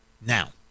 Now